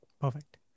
perfect